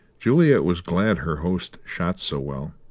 juliet was glad her host shot so well.